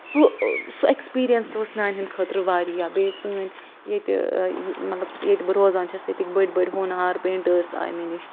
سُہ سُہ ایکٕسپریٖنَس تہِ اوس میٛانہِ ہٕنٛدِ خٲطرٕ واریاہ بیٚیہِ سٲنۍ ییٚتہِ مطلب ییٚتہِ بہٕ روزان چھَس تتِکۍ بٔڈۍ بٔڈۍ ہونہار پینٛٹٲرٕس آیہِ مےٚ نِش